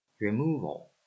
Removal